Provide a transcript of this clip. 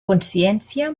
consciència